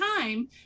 time